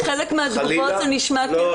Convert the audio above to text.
בחלק מהתגובות נשמע כאילו